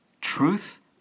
Truth